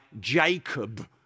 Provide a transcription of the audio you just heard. Jacob